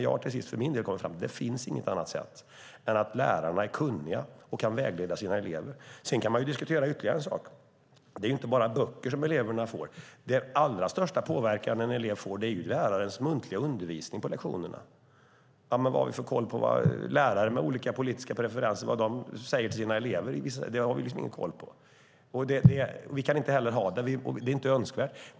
Jag har för min del kommit fram till att det inte finns något annat sätt än att se till att lärarna är kunniga och kan vägleda sina elever. Sedan kan man diskutera ytterligare en sak. Det handlar inte bara om böckerna som eleverna får. Den allra största påverkan på eleverna sker genom lärarnas muntliga undervisning på lektionerna. Vilken koll har vi på vad lärare med olika politiska preferenser säger till sina elever? Det har vi ingen koll på. Vi kan inte heller ha det. Det är inte önskvärt.